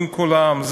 עם כולם,